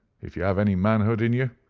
if you have any manhood in you,